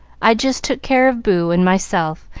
i just took care of boo and myself,